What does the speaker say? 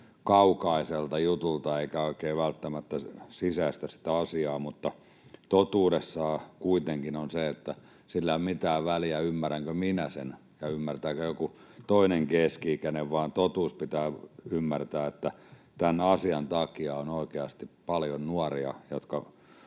kaukaiselta jutulta eikä oikein välttämättä sisäistä sitä asiaa. Mutta totuudessaan kuitenkin on niin, että sillä ei ole mitään väliä, ymmärränkö minä sen ja ymmärtääkö joku toinen keski-ikäinen, vaan se totuus pitää ymmärtää, että tämän asian takia on oikeasti paljon nuoria, jotka